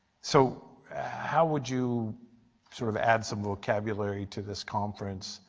so how would you sort of add some vocabulary to this conference